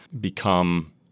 become